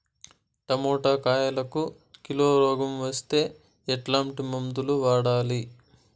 Tomato కాయలకు kilo రోగం వస్తే ఎట్లాంటి మందులు వాడాలి?